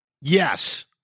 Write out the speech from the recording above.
Yes